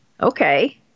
Okay